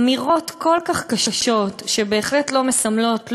אמירות כל כך קשות שבהחלט לא מסמלות,